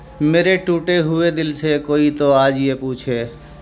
میرے ٹوٹے ہوئے دل سے کوئی تو آج یہ پوچھے